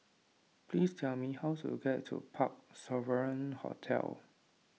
please tell me how to get to Parc Sovereign Hotel